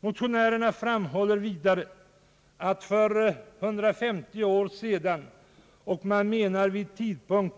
Motionärerna framhåller vidare att likställigheten mellan man och kvinna för 150 år sedan, alltså vid den tidpunkt